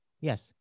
Yes